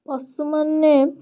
ପଶୁମାନେ